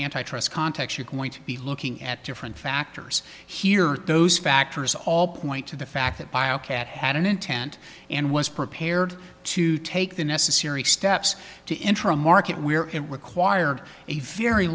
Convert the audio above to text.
antitrust context you're going to be looking at different factors here those factors all point to the fact that by a cat had an intent and was prepared to take the necessary steps to interim market we are in required a very